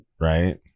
right